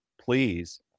please